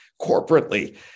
Corporately